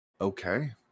Okay